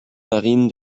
marine